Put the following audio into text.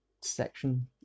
section